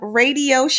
radio